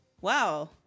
wow